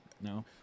No